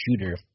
shooter